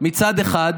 מצד אחד,